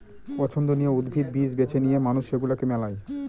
পছন্দীয় উদ্ভিদ, বীজ বেছে নিয়ে মানুষ সেগুলাকে মেলায়